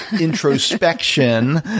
introspection